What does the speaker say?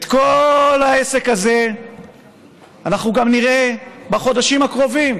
את כל העסק הזה אנחנו נראה גם בחודשים הקרובים,